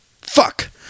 fuck